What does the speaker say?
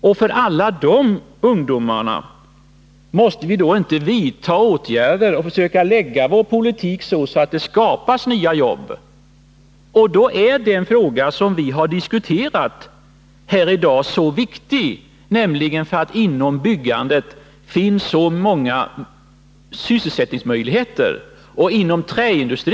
Måste vi inte vidta åtgärder för alla de ungdomarna och försöka lägga vår politik så att det skapas nya jobb? Därför är den fråga som vi har diskuterat här i dag så viktig — det finns nämligen så många sysselsättningsmöjligheter inom byggandet.